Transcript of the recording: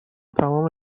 تمام